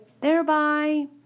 thereby